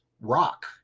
rock